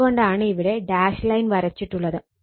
അത് കൊണ്ടാണ് ഇവിടെ ഡാഷ് ലൈൻ വരച്ചിട്ടുള്ളത്